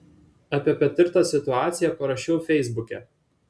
apie patirtą situaciją parašiau feisbuke